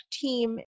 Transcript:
team